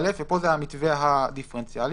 ופה זה המתווה הדיפרנציאלי.